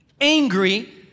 angry